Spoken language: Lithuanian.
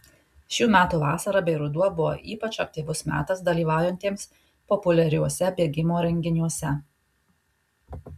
šių metų vasara bei ruduo buvo ypač aktyvus metas dalyvaujantiems populiariuose bėgimo renginiuose